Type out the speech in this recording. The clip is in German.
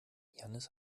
jannis